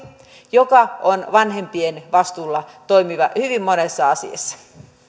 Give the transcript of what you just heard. joka on vanhempien vastuulla toimiva hyvin monessa asiassa